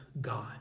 god